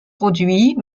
produit